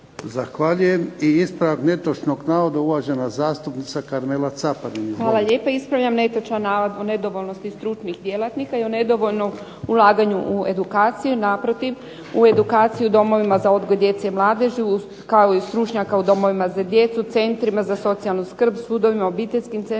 Zahvaljujem. I ispravak netočnog navoda, uvažena zastupnica Karmela Caparin. Izvolite. **Caparin, Karmela (HDZ)** Hvala lijepa. Ispravljam netočan navod o nedovoljnosti stručnih djelatnika i o nedovoljnom ulaganju u edukaciju. Naprotiv, u edukaciju domovima za odgoj djece i mladeži, kao i stručnjaka u domovima za djecu, centrima za socijalnu skrb, sudovima, obiteljskim centrima,